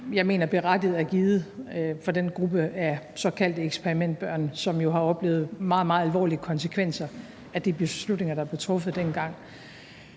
jeg mener berettiget er givet til den gruppe af såkaldte eksperimentbørn, som jo har oplevet meget, meget alvorlige konsekvenser af de beslutninger, der blev truffet dengang.